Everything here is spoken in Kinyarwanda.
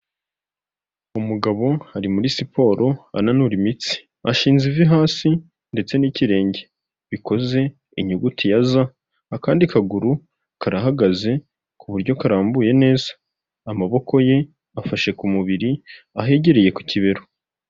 Umugabo ari muri siporo ananura imitsi, ashinze ivi hasi ndetse n'ikirenge bikoze inyuguti ya z, akandi kaguru karahagaze ku buryo karambuye neza, amaboko ye afashe ku mubiri ahegereye ku kibero.